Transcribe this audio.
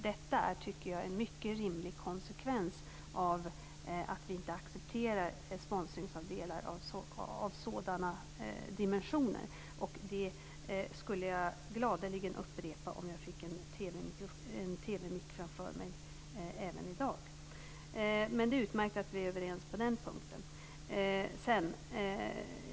Detta är, tycker jag, en mycket rimlig konsekvens av att vi inte accepterar sponsringsandelar av sådana dimensioner. Det skulle jag gladeligen upprepa även i dag om jag fick en TV-mikrofon framför mig. Men det är utmärkt att vi är överens på den punkten.